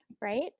right